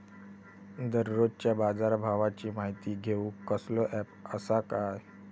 दररोजच्या बाजारभावाची माहिती घेऊक कसलो अँप आसा काय?